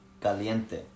caliente